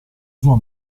sua